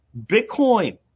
Bitcoin